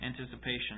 anticipation